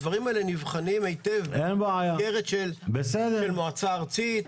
הדברים האלה נבחנים היטב במסגרת של מועצה ארצית.